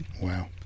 Wow